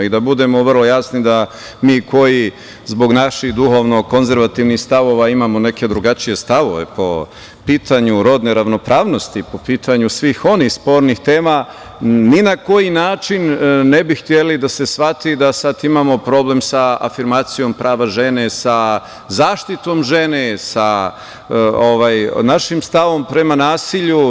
Da budemo vrlo jasni, mi koji zbog naših duhovno konzervativnih stavova imamo neke drugačije stavove po pitanju rodne ravnopravnosti, po pitanju svih onih spornih tema, ni na koji način ne bi hteli da se shvati da imamo problem sa afirmacijom prava žene, sa zaštitom žene, sa našim stavom prema nasilju.